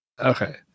Okay